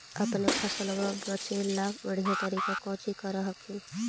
अपने फसलबा बचे ला बढ़िया तरीका कौची कर हखिन?